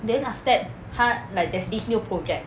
then after that 她 like there's this new project